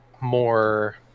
more